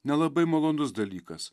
nelabai malonus dalykas